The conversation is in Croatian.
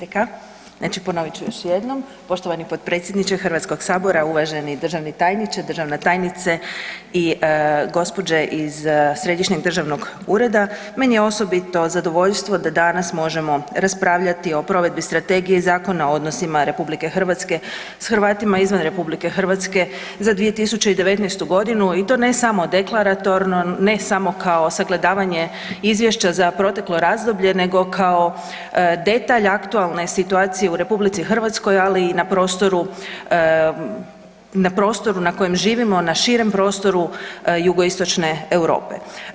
Isprika, znači ponovit ću još jednom, poštovani potpredsjedniče Hrvatskog sabora, uvaženi državni tajniče, državna tajnice i gospođe iz središnjeg državnog ureda, meni je osobito zadovoljstvo da danas možemo raspravljati o provedbi strategije i Zakona o odnosima RH s Hrvatima izvan RH za 2019. godinu i to ne samo deklaratorno, ne samo kao sagledavanje izvješća za proteklo razdoblje nego kao detalj aktualne situacije u RH, ali i na prostoru, na prostoru na kojem živimo, na širem prostoru Jugoistočne Europe.